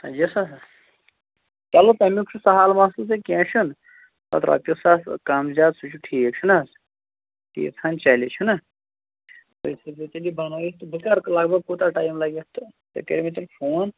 ژتجی ساس ہا چلو تَمیُک چھُ سَہل مَسلہٕ تہٕ کیٚنٛہہ چھُنہٕ پَتہٕ رۄپیہِ ساس کَم زیادٕ سُہ چھُ ٹھیٖک چھُنا حظ تیٖژھ ہَن چلہِ چھُنا تُہۍ تھٲوِزیٚو تیٚلہِ یہِ بَنٲوِتھ تہٕ بہٕ کَرٕ لگ بگ کوٗتاہ ٹایم لگہِ اَتھ تہٕ تُہۍ کٔرو تیٚلہِ مےٚ فون